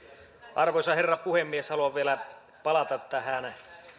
arvoisa herra puhemies haluan vielä palata tähän